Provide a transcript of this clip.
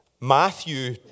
Matthew